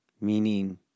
Meaning